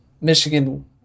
michigan